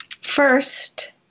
first